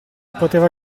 poteva